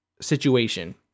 situation